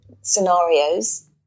scenarios